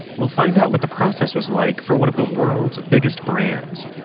we'll find out what the process was like for one of the world's biggest brands.